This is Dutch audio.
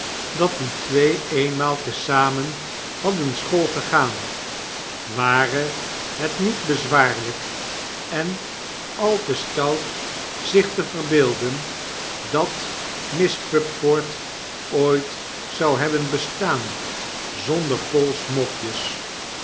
dat die twee eenmaal te zamen hadden schoolgegaan ware het niet bezwaarlp en al te stout zich te verbeelden dat miss pupford ooit zou hebben bestaan zonder